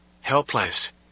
Helpless